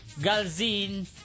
Galzin